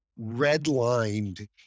redlined